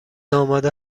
آماده